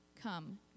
Come